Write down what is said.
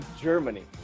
Germany